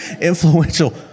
Influential